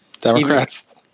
Democrats